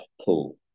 pool